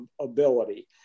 ability